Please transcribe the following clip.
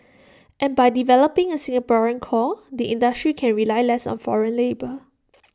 and by developing A Singaporean core the industry can rely less on foreign labour